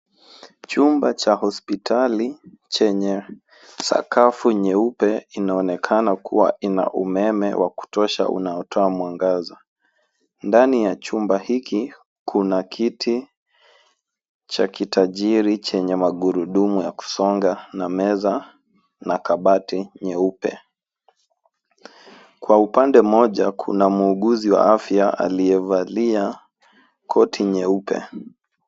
Chumba cha hospitali, chenye sakafu nyeupe, inaonekana kuwa ina umeme wa kutosha unaotoa mwangaza. Ndani ya chumba hiki, kuna kiti cha kitajiri chenye magurudumu ya kusonga na meza na kabati nyeupe. Kwa upande mmoja, kuna muuguzi wa afya aliyevalia, koti nyeupe.